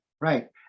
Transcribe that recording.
right